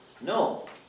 No